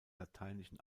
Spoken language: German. lateinischen